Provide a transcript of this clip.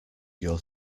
your